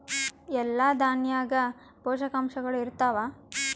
ಎಲ್ಲಾ ದಾಣ್ಯಾಗ ಪೋಷಕಾಂಶಗಳು ಇರತ್ತಾವ?